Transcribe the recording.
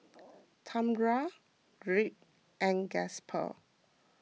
Tamra Rick and Gasper